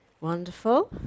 Wonderful